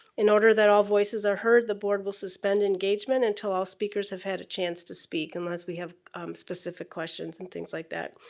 in order that all voices are heard the board will suspend engaement until all speakers have had a chance to speak unless we have specifics questions and things like that.